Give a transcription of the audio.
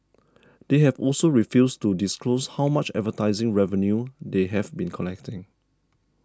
they have also refused to disclose how much advertising revenue they have been collecting